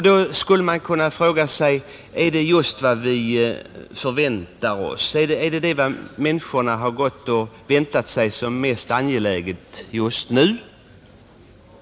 Då kan man ju fråga: Är detta vad vi förväntar oss och vad människorna betraktar som det mest angelägna just nu?